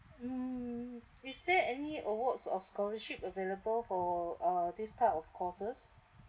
mm is there any awards or scholarship available for uh this type of courses